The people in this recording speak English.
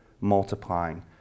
multiplying